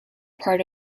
part